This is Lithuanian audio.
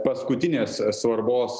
paskutinės svarbos